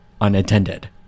unattended